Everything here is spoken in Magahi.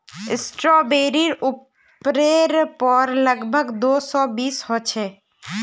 स्ट्रॉबेरीर उपरेर पर लग भग दो सौ बीज ह छे